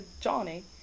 Johnny